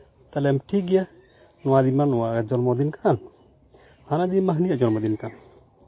ᱛᱟᱦᱚᱞᱮ ᱴᱷᱤᱠ ᱜᱮᱭᱟ ᱱᱚᱣᱟ ᱫᱤᱱ ᱢᱟ ᱱᱚᱣᱟ ᱡᱚᱱᱢᱚ ᱫᱤᱱ ᱠᱟᱱᱟ ᱦᱟᱱᱟ ᱫᱤᱱ ᱢᱟ ᱦᱟᱹᱱᱤᱭᱟᱜ ᱡᱚᱱᱢᱚ ᱫᱤᱱ ᱠᱟᱱ